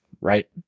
right